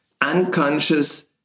unconscious